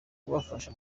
kubafasha